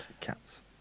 Cats